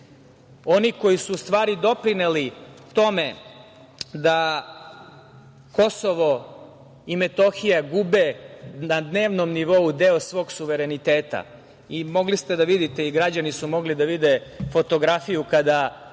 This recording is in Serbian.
oni koji su u stvari doprineli tome da KiM gube na dnevnom nivou deo svog suvereniteta i mogli ste da vidite i građani su mogli da vide fotografiju kada